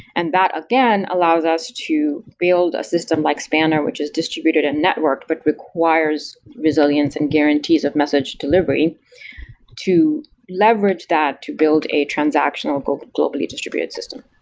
and that again allows us to build a system like spanner, which is distributed and networked, but requires resilience and guarantees of message delivery to leverage that to build a transactional globally distributed system.